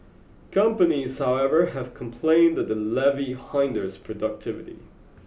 companies however have complained that the levy hinders productivity